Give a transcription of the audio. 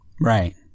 right